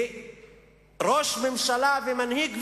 וראש ממשלה ומנהיג,